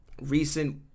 recent